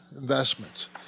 investments